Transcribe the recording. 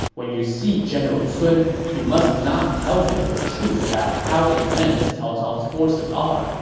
when you see general sun, you must not tell him the truth about how immense cao cao's forces are,